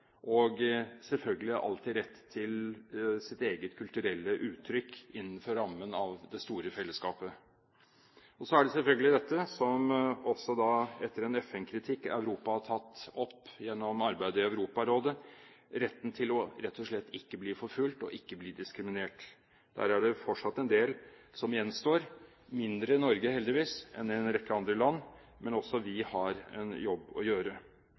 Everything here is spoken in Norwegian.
og, selvfølgelig, alltid rett til sitt eget kulturelle uttrykk innenfor rammen av det store fellesskapet. Så er det selvfølgelig dette som Europa etter en FN-kritikk har tatt opp gjennom arbeidet i Europarådet: retten til rett og slett ikke å bli forfulgt og til ikke å bli diskriminert. Der er det fortsatt en del som gjenstår – mindre i Norge, heldigvis, enn i en rekke andre land, men også vi har en jobb å gjøre.